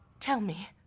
tell me,